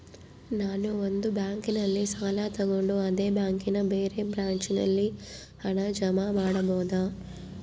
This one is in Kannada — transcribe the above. ನಾನು ಒಂದು ಬ್ಯಾಂಕಿನಲ್ಲಿ ಸಾಲ ತಗೊಂಡು ಅದೇ ಬ್ಯಾಂಕಿನ ಬೇರೆ ಬ್ರಾಂಚಿನಲ್ಲಿ ಹಣ ಜಮಾ ಮಾಡಬೋದ?